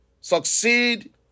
succeed